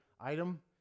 item